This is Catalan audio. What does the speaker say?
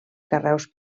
carreus